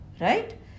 right